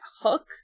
hook